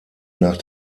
nach